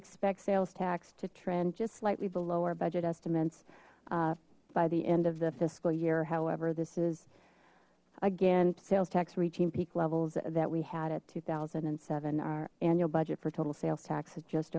expect sales tax to trend just slightly below our budget estimates by the end of the fiscal year however this is again sales tax reaching peak levels that we had at two thousand and seven our annual budget for total sales tax is just